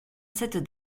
cette